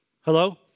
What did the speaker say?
Hello